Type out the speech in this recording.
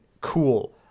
cool